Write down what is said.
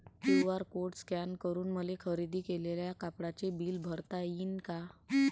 QR code scan करून मले खरेदी केलेल्या कापडाचे बिल भरता यीन का?